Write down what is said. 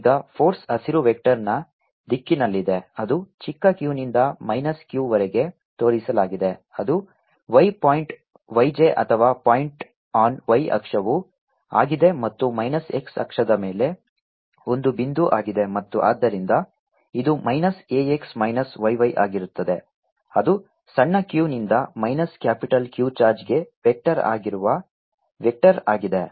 ಆದಾಗ್ಯೂ ಈಗ ಫೋರ್ಸ್ ಹಸಿರು ವೆಕ್ಟರ್ನ ದಿಕ್ಕಿನಲ್ಲಿದೆ ಅದು ಚಿಕ್ಕ q ನಿಂದ ಮೈನಸ್ Q ವರೆಗೆ ತೋರಿಸಲಾಗಿದೆ ಅದು y ಪಾಯಿಂಟ್ y j ಅಥವಾ ಪಾಯಿಂಟ್ ಆನ್ y ಅಕ್ಷವು ಆಗಿದೆ ಮತ್ತು ಮೈನಸ್ x ಅಕ್ಷದ ಮೇಲೆ ಒಂದು ಬಿಂದು ಆಗಿದೆ ಮತ್ತು ಆದ್ದರಿಂದ ಇದು minus a x minus y y ಆಗಿರುತ್ತದೆ ಅದು ಸಣ್ಣ q ನಿಂದ ಮೈನಸ್ ಕ್ಯಾಪಿಟಲ್ Q ಚಾರ್ಜ್ಗೆ ವೆಕ್ಟರ್ ಆಗಿರುವ ವೆಕ್ಟರ್ ಆಗಿದೆ